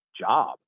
job